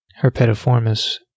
herpetiformis